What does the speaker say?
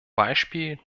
beispiel